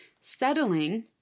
Settling